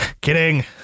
Kidding